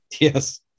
Yes